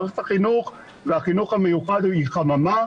מערכת החינוך בחינוך המיוחד היא חממה,